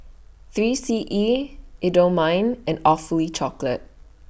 three C E Indomie and Awfully Chocolate